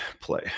play